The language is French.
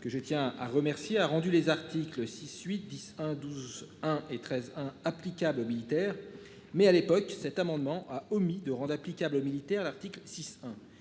que je tiens à remercier a rendu les articles 6 8 11 12 hein et 13 applicable aux militaires. Mais à l'époque. Cet amendement a omis de rendre applicable militaires l'article 6.